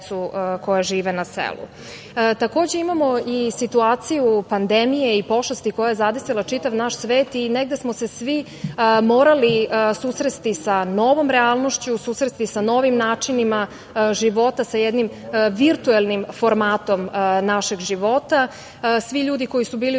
koja žive na selu. Takođe imamo i situaciju pandemije i pošasti koja je zadesila čitav naš svet i negde smo se svi morali susresti sa novom realnošću, susresti sa novim načinima života, sa jednim virtuelnim formatom našeg života. Svi ljudi koji su bili u